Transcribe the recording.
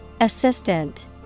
Assistant